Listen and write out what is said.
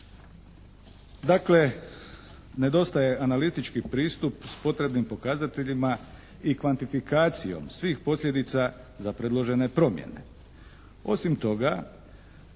Dakle, nedostaje analitički pristup potrebnim pokazateljima i kvantifikacijom svih posljedica za predložene promjene. Osim toga